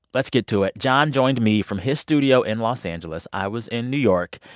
let's get to it. john joined me from his studio in los angeles. i was in new york.